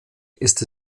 ist